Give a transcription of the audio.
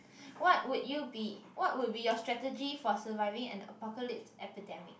what would you be what would be your strategy for surviving a apocalypse epidemic